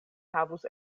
havus